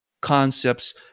concepts